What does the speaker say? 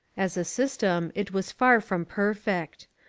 as a system it was far from perfect.